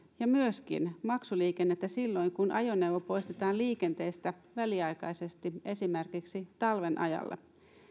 ja myöskin maksuliikennettä silloin kun ajoneuvo poistetaan liikenteestä väliaikaisesti esimerkiksi talven ajalle